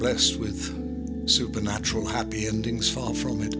blessed with supernatural happy endings far from it